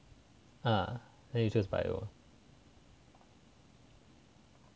ah then you just bio